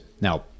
Now